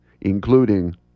including